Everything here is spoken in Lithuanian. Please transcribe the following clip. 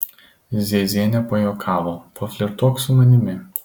ziezienė pajuokavo paflirtuok su manimi